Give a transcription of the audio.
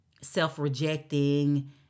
self-rejecting